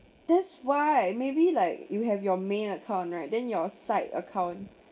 that's why maybe like you have your main account right then your side account